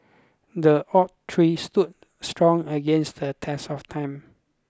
the oak tree stood strong against the test of time